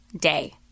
day